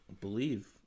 believe